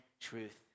truth